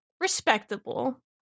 Respectable